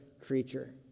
creature